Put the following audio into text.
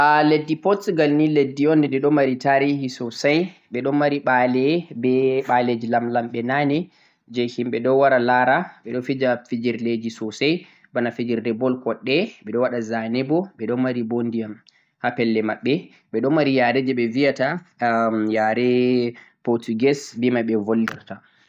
a leddi Portugal ni leddi diɗo mari tarihi sosai, ɓe ɗo mari ba'le be ba'leji lamlamɓe na'ne je himɓe ɗo wara la'ra, ɓe ɗo fija fijirle ji sosai, bana fijirde ball koɗɗe, ɓe ɗo waɗa za ne bo, ɓe ɗo mari bo ndiyam ha pelle maɓɓe. Ɓe ɗo mari yareji ɓe viyata am yare portugase be mai ɓe voldata.